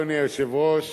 אדוני היושב-ראש,